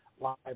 live